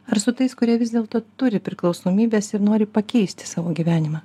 ar su tais kurie vis dėlto turi priklausomybes ir nori pakeisti savo gyvenimą